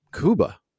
Kuba